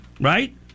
right